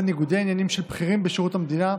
הלוי בנושא: ניגודי עניינים של בכירים בשירות המדינה.